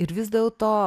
ir vis dėlto